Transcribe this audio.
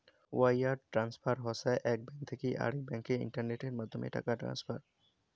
wire transfer হসে এক bank থাকি আরেক ব্যাংকে ইন্টারনেটের মাধ্যমে টাকা ট্রান্সফার